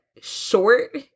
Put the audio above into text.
short